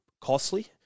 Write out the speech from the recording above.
costly